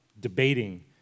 debating